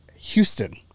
Houston